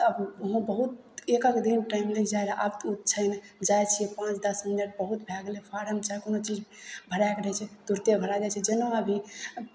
वहाँ बहुत एक एक दिन टाइम लागि जाइ रहय आब तऽ ओ छै नहि जाइ छियै पाँच दस मिनट बहुत भए गेलय फॉर्म चाहे कोनो चीज भरएके रहैत छै तुरन्ते भराय जाइ छै जेना अभी